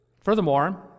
furthermore